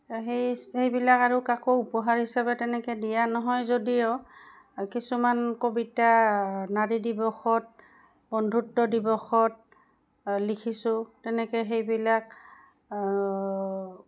সেই সেইবিলাক আৰু কাকো উপহাৰ হিচাপে তেনেকৈ দিয়া নহয় যদিও কিছুমান কবিতা নাৰী দিৱসত বন্ধুত্ব দিৱসত লিখিছোঁ তেনেকৈ সেইবিলাক